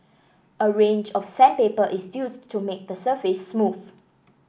a range of sandpaper is still to make the surface smooth